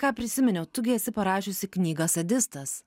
ką prisiminiau tu gi esi parašiusi knygą sadistas